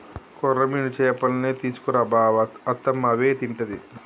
కొర్రమీను చేపల్నే తీసుకు రా బావ అత్తమ్మ అవే తింటది